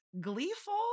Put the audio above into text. gleeful